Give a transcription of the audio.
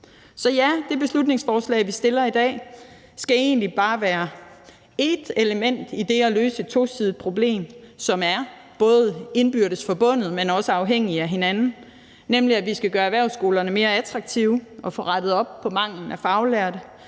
Så ja, det beslutningsforslag, vi fremsætter i dag, skal egentlig bare være ét element i det at løse et tosidet problem – to sider, som er både indbyrdes forbundne, men også afhængige af hinanden – nemlig at vi skal gøre erhvervsskolerne mere attraktive og få rettet op på manglen på faglærte,